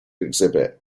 exhibit